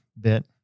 bit